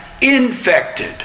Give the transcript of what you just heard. infected